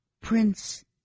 Prince